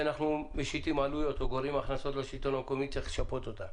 שכשמשיתים עלויות או גורעים הכנסות מהשלטון המקומי צריך לשפות אותם.